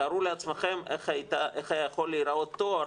תארו לעצמכם איך היה יכול להיראות תואר